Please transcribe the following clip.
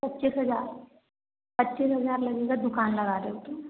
पच्चीस हज़ार पच्चीस हज़ार लगेगा दुकान लगा रहे हो तो